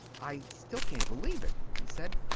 i still can't believe it, he said.